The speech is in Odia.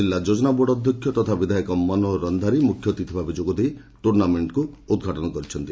ଜିଲ୍ଲା ଯୋଜନା ବୋର୍ଡ ଅଧ୍ଘକ୍ଷ ତଥା ବିଧାୟକ ମନୋହର ରକ୍ଷାରୀ ମୁଖ୍ୟଅତିଥି ର୍ପେ ଯୋଗଦେଇ ଟୁର୍ଣ୍ଣାମେଙ୍ଙକୁ ଉଦ୍ଘାଟନ କରିଥିଲେ